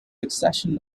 succession